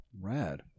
Rad